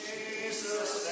Jesus